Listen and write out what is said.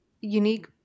unique